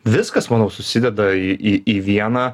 viskas manau susideda į į į vieną